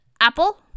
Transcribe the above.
Apple